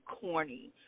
corny